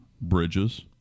bridges